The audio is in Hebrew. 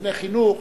לפני חינוך,